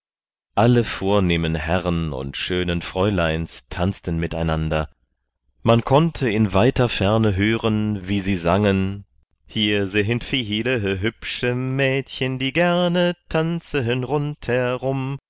alle vornehmen herren und schönen fräuleins tanzten mit einander man konnte in weiter ferne hören wie sie sangen hier sind viele hübsche mädchen die gerne tanzen rund